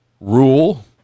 rule